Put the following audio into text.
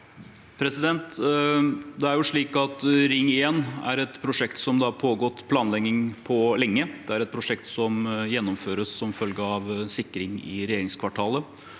Ring 1 er et prosjekt som det har pågått planlegging av lenge. Det er et prosjekt som gjennomføres som følge av sikring i regjeringskvartalet,